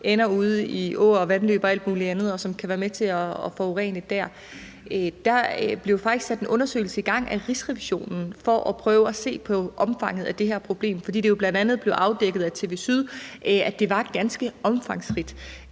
ender ude i åer og vandløb og alt muligt andet, og som kan være med til at forurene der. Der blev faktisk sat en undersøgelse i gang af Rigsrevisionen for at prøve at se på omfanget af det her problem, fordi det bl.a. blev afdækket af TV SYD, at det var ganske omfangsrigt.